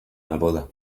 neboda